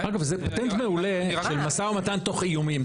אגב, זה פטנט מעולה של משא ומתן תוך איומים.